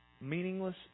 Meaningless